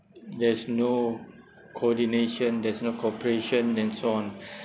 there's no coordination there's no cooperation and so on